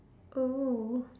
oo